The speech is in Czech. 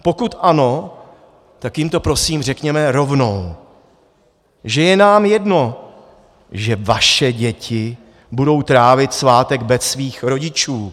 Pokud ano, tak jim to prosím řekněme rovnou, že je nám jedno, že vaše děti budou trávit bez svých rodičů.